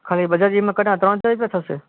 ખાલી Bajaj E M I card કઢાવવાના ત્રણસો રૂપિયાથશે